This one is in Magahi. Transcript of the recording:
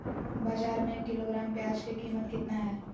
बाजार में एक किलोग्राम प्याज के कीमत कितना हाय?